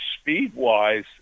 speed-wise